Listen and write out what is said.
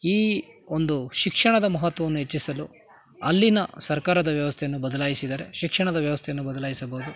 ಈ ಒಂದು ಶಿಕ್ಷಣದ ಮಹತ್ವವನ್ನು ಹೆಚ್ಚಿಸಲು ಅಲ್ಲಿನ ಸರ್ಕಾರದ ವ್ಯವಸ್ಥೆಯನ್ನು ಬದಲಾಯಿಸಿದರೆ ಶಿಕ್ಷಣದ ವ್ಯವಸ್ಥೆಯನ್ನು ಬದಲಾಯಿಸಬೌದು